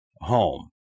home